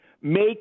Make